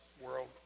world